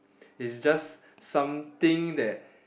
its just something that